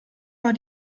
war